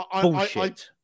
Bullshit